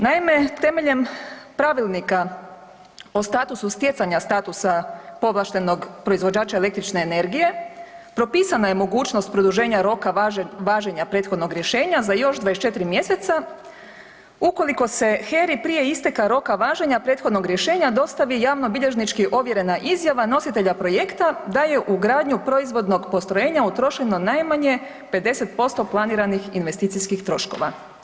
Naime, temeljem Pravilnika o statusu stjecanja statusa povlaštenog proizvođača električne energije propisana je mogućnost produženja roka važenja prethodnog rješenja za još 24. mjeseca ukoliko se HERA-i prije isteka roka važenja prethodnog rješenja dostavi javnobilježnički ovjerena izjava nositelja projekta da je u gradnju proizvodnog postrojenja utrošeno najmanje 50% planiranih investicijskih troškova.